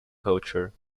culture